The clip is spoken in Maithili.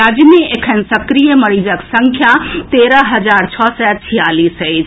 राज्य मे एखन सक्रिय मरीजक संख्या तेरह हजार छओ सय छियालीस अछि